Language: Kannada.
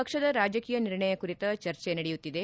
ಪಕ್ಷದ ರಾಜಕೀಯ ನಿರ್ಣಯ ಕುರಿತ ಚರ್ಚೆ ನಡೆಯುತ್ತಿದೆ